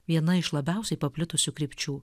viena iš labiausiai paplitusių krypčių